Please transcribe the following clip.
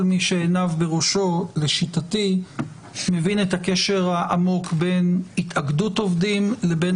וכל מי שעיניו בראשו לשיטתי מבין את הקשר העמוק בין התאגדות עובדים לבין